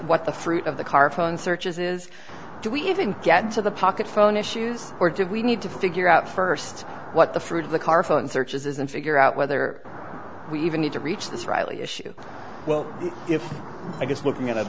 what the fruit of the car phone searches is do we even get into the pocket phone issues or do we need to figure out first what the fruit of the car phone search is and figure out whether we even need to reach this reilly issue well if i just looking at it